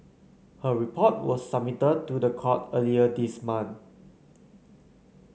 her report was submitted to the court earlier this month